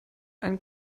ein